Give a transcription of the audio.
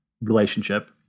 relationship